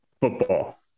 football